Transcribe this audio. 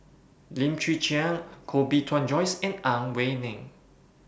Lim Chwee Chian Koh Bee Tuan Joyce and Ang Wei Neng